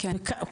כמה,